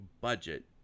budget